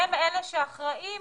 הם אלה שאחראים